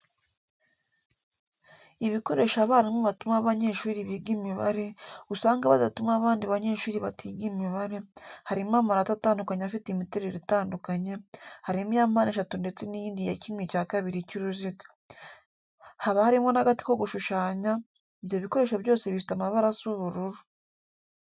Ibikoresho abarimu batuma abanyeshuri biga imibare, usanga badatuma abandi banyeshuri batiga imibare, harimo amarate atandukanye afite imiterere itandukanye, harimo iya mpandeshatu ndetse n'indi ya kimwe cya kabiri cy'uruziga. Haba barimo n'agati ko gushushanya, ibyo bikoresho byose bifite amabara asa ubururu.